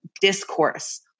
discourse